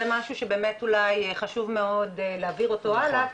זה משהו שבאמת אולי חשוב מאוד להעביר אותו הלאה,